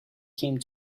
came